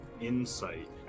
insight